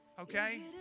Okay